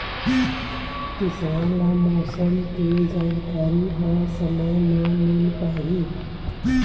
किसान ल मौसम के जानकारी ह समय म मिल पाही?